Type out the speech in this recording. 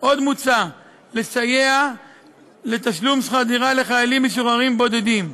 מוצע לסייע בתשלום שכר דירה לחיילים משוחררים בודדים.